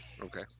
okay